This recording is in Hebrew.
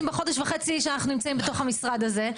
בחודש וחצי שאנחנו נמצאים בתוך המשרד הזה,